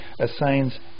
assigns